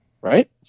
right